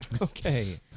Okay